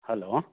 hello